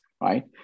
right